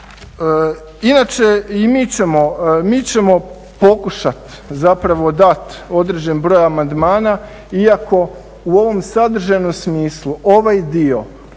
Inače i mi ćemo pokušati zapravo dati određen broj amandmana iako u ovom sadržajnom smislu ovaj dio